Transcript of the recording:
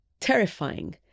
terrifying